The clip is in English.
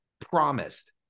promised